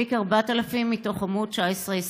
תיק 4000, מתוך עמ' 19 20: